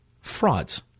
frauds